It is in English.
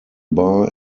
bar